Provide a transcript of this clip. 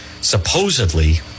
supposedly